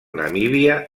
namíbia